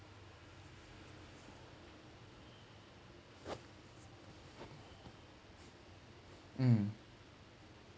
um